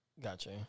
Gotcha